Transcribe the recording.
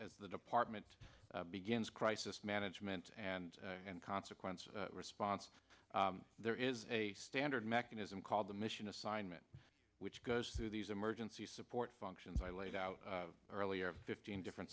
to the department begins crisis management and and consequences response there is a standard mechanism called the mission assignment which goes through these emergency support functions i laid out earlier fifteen different